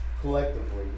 collectively